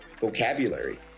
vocabulary